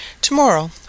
Tomorrow